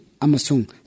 amasung